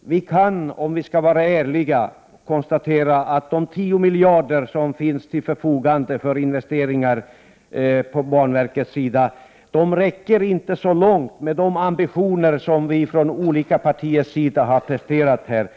Vi kan om vi skall vara ärliga konstatera att de tio miljarder som finns till banverkets förfogande för investeringar inte räcker så långt med tanke på de ambitioner som har presenterats från olika partier.